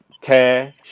care